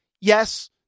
Yes